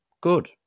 Good